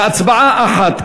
בהצבעה אחת.